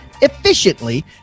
efficiently